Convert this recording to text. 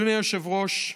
אדוני היושב-ראש,